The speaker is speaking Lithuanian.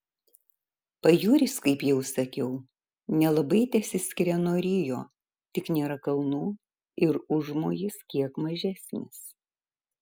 pajūris kaip jau sakiau nelabai tesiskiria nuo rio tik nėra kalnų ir užmojis kiek mažesnis